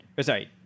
sorry –